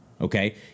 okay